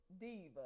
Diva